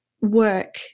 work